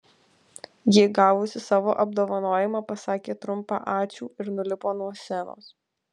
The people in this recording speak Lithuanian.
ji gavusi savo apdovanojimą pasakė trumpą ačiū ir nulipo nuo scenos